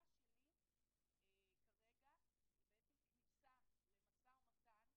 הדרישה שלי כרגע היא כניסה למשא ומתן,